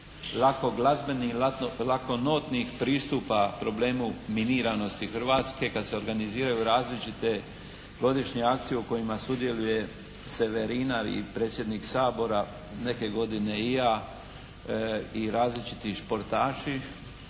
lako glazbenih, lako notnih pristupa problemu miniranosti Hrvatske kad se organiziraju različite godišnje akcije u kojima sudjeluje Severina i predsjednik Sabora, neke godine i ja i različiti športaši,